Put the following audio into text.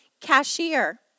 cashier